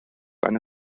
eine